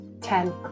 Ten